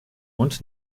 und